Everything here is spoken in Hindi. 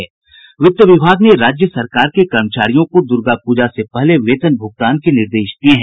वित्त विभाग ने राज्य सरकार के कर्मचारियों को द्र्गा पूजा से पहले वेतन भुगतान के निर्देश दिये हैं